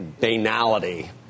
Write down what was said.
banality